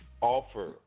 offer